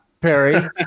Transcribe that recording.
Perry